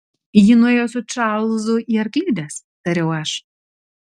ji nuėjo su čarlzu į arklides tariau aš